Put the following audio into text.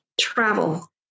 travel